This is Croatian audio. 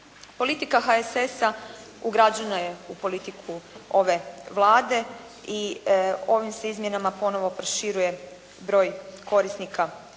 Politika HSS-a ugrađena je u politiku ove Vlade i ovim se izmjenama ponovo proširuje broj korisnika